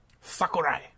Sakurai